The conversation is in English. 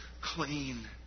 clean